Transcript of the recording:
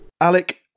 Alec